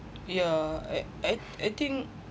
yeah I I I think